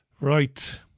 Right